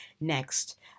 next